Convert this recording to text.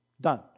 Done